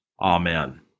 Amen